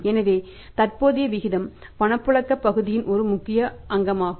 எனவே தற்போதைய விகிதமும் பணப்புழக்கப் பகுதியின் ஒரு முக்கிய அங்கமாகும்